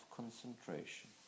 concentration